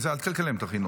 אל תקלקל להם את החינוך.